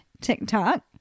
TikTok